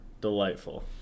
delightful